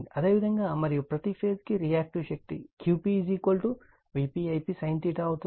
అదేవిధంగా మరియు ప్రతి ఫేజ్ కు రియాక్టివ్ శక్తి Qp Vp Ip sin అవుతుంది